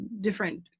different